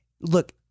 look